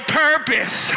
purpose